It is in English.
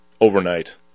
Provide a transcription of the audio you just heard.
overnight